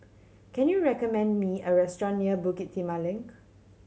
can you recommend me a restaurant near Bukit Timah Link